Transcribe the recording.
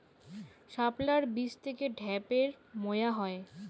শাপলার বীজ থেকে ঢ্যাপের মোয়া হয়?